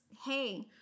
Hey